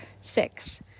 six